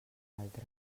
altre